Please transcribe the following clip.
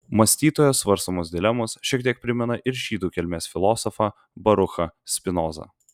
mąstytojo svarstomos dilemos šiek tiek primena ir žydų kilmės filosofą baruchą spinozą